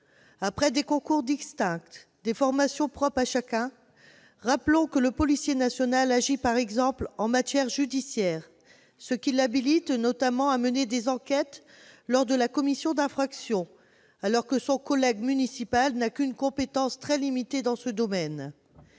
public, sont singulièrement différentes. Rappelons que le policier national agit, par exemple, en matière judiciaire, ce qui l'habilite notamment à mener des enquêtes lors de la commission d'infractions, alors que son collègue municipal n'a qu'une compétence très limitée dans ce domaine.